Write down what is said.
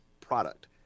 product